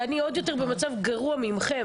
אני במצב עוד יותר גרוע מכם,